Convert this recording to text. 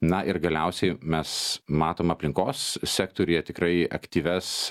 na ir galiausiai mes matom aplinkos sektoriuje tikrai aktyvias